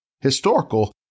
historical